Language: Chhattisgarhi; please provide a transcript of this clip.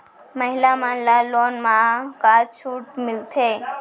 महिला मन ला लोन मा का छूट मिलथे?